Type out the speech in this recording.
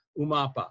Umapa